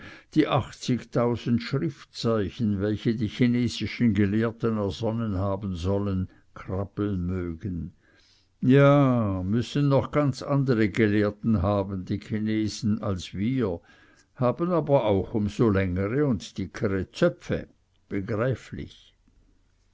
die achtzigtausend schriftzeichen welche die chinesischen gelehrten ersonnen haben sollen krabbeln mögen ja müssen noch ganz andere gelehrte haben die chinesen als wir haben aber auch um so längere und dickere zöpfe begreiflich